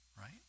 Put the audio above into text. right